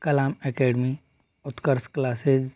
Kalam academy Utkarsh classes